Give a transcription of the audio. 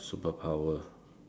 superpower